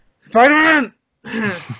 Spider-Man